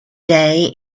day